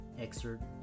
excerpt